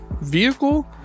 vehicle